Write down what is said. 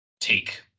take